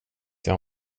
jag